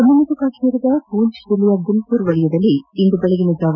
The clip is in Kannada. ಜಮ್ಮು ಮತ್ತು ಕಾಶ್ಮೀರದ ಪೂಂಚ್ ಜಿಲ್ಲೆಯ ಗುಲ್ಬುರ್ ವಲಯದಲ್ಲಿ ಇಂದು ಬೆಳಗಿನಜಾವ